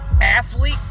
athlete